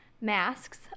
masks